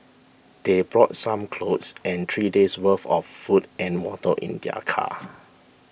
they brought some clothes and three days' worth of food and water in their car